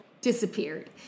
disappeared